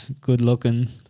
Good-looking